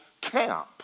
camp